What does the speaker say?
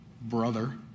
brother